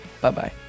Bye-bye